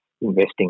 investing